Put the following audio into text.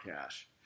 cash